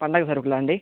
పండుగ సరుకులా అండి